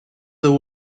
there